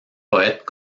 poètes